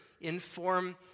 inform